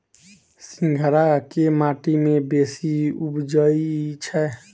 सिंघाड़ा केँ माटि मे बेसी उबजई छै?